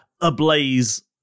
ablaze